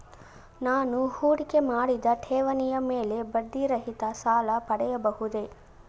ನಾನು ಹೂಡಿಕೆ ಮಾಡಿದ ಠೇವಣಿಯ ಮೇಲೆ ಬಡ್ಡಿ ರಹಿತ ಸಾಲ ಪಡೆಯಬಹುದೇ?